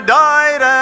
died